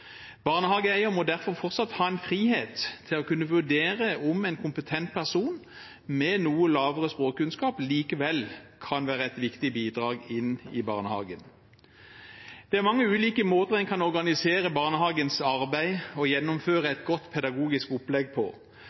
må derfor fortsatt ha frihet til å kunne vurdere om en kompetent person med noe lavere språkkunnskap likevel kan være et viktig bidrag i barnehagen. Det er mange ulike måter en kan organisere barnehagens arbeid og gjennomføre et godt pedagogisk opplegg på,